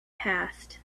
passed